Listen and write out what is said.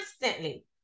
constantly